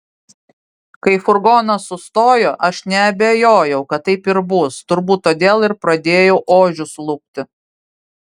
kai furgonas sustojo aš neabejojau kad taip ir bus turbūt todėl ir pradėjau ožius lupti